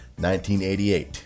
1988